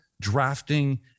drafting